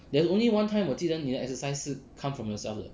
there's only one time 我记得你的 exercise 是 come from yourself 的 eh